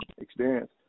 experience